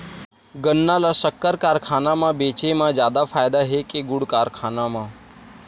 गन्ना ल शक्कर कारखाना म बेचे म जादा फ़ायदा हे के गुण कारखाना म?